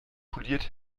poliert